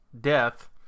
death